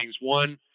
one